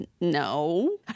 no